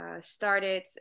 started